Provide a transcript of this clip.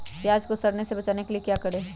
प्याज को सड़ने से बचाने के लिए क्या करें?